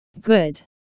Good